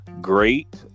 Great